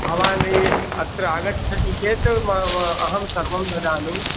भवान् ये अत्र आगच्छति चेत् अहं सर्वं ददामि